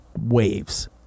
waves